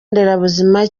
nderabuzima